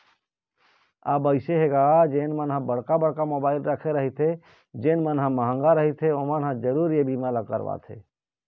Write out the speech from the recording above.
अब अइसे हे गा जेन मन ह बड़का बड़का मोबाइल रखे रहिथे जेन मन ह मंहगा रहिथे ओमन ह जरुर ये बीमा ल करवाथे